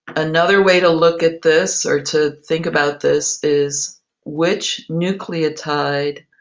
another way to look at this or to think about this is which nucleotide